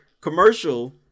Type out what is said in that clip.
commercial